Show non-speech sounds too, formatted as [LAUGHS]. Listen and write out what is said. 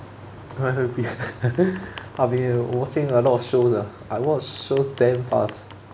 I I've been [LAUGHS] I've been watching a lot of shows ah I watch shows very fast